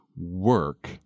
work